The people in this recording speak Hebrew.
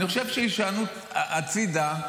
אני חושב שהישענות הצידה,